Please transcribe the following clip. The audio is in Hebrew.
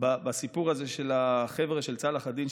בסיפור הזה של החבר'ה של צלאח א-דין,